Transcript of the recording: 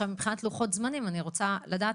לא יוצא?